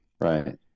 Right